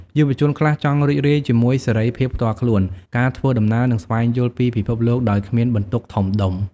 យុវជនខ្លះចង់រីករាយជាមួយសេរីភាពផ្ទាល់ខ្លួន ការធ្វើដំណើរ និងស្វែងយល់ពីពិភពលោកដោយគ្មានបន្ទុកធំដុំ។